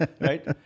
right